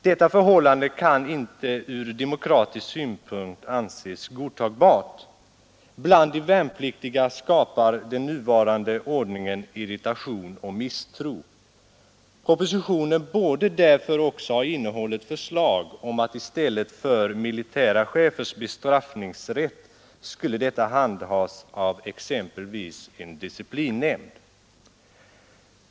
Detta förhållande kan inte ur demokratisk synpunkt anses godtagbart. Bland de värnpliktiga skapar den nuvarande ordningen irritation och misstro Propositionen borde därför också ha innehållit förslag om att militära chefers bestraffningsrätt skulle avskaffas och att det i stället exempelvis skulle inrättas en disciplinnämnd.